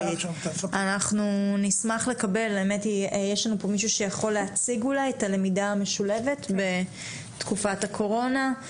יש לנו פה מישהו שיכול להציג אולי את הלמידה המשולבת בתקופת הקורונה?